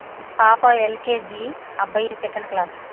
పాప ఎల్కేజీ అబ్బాయి second class